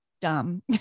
dumb